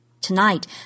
Tonight